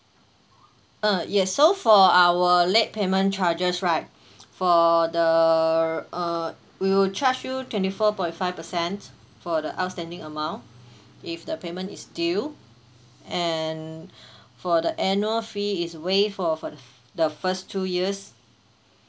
uh yes so for our late payment charges right for the uh we will charge you twenty four point five percent for the outstanding amount if the payment is due and for the annual fee is waived for for the first two years